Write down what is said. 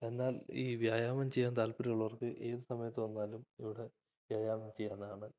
എന്നാൽ ഈ വ്യായാമം ചെയ്യാൻ താല്പര്യമുള്ളവർക്ക് ഏതുസമയത്ത് വന്നാലും ഇവിടെ വ്യായാമം ചെയ്യാവുന്നതാണ്